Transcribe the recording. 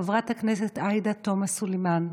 חברת הכנסת עאידה תומא סלימאן,